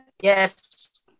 Yes